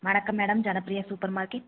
வணக்கம் madam Janapriya super market